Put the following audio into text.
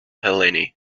helene